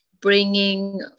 bringing